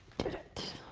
did it!